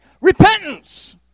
Repentance